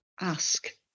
Ask